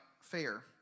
fair